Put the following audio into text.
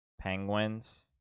penguins